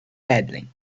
paddling